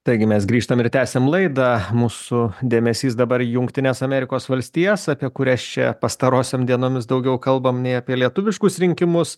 taigi mes grįžtam ir tęsiame laidą mūsų dėmesys dabar į jungtines amerikos valstijas apie kurias čia pastarosiom dienomis daugiau kalbam nei apie lietuviškus rinkimus